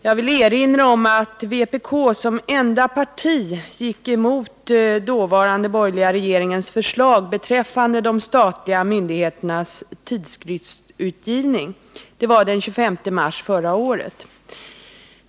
Jag vill erinra om att vpk den 25 mars förra året som enda parti gick emot den dåvarande borgerliga regeringens förslag beträffande de statliga myndigheternas tidskriftsutgivning.